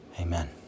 Amen